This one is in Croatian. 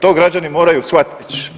To građani moraju shvatiti.